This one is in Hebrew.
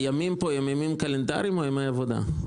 הימים פה הם ימים קלנדריים או ימי עבודה?